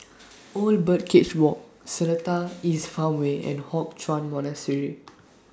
Old Birdcage Walk Seletar East Farmway and Hock Chuan Monastery